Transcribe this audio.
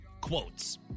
quotes